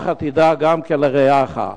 כך תדאג גם לרעך.